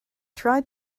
tried